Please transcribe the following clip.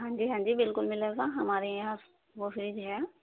ہاں جی ہاں جی بالکل ملے گا ہمارے یہاں وہ فریج ہے